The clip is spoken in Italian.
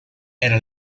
era